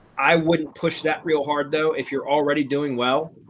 i wouldn't push that real hard though. if you're already doing well.